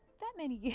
that many years.